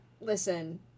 listen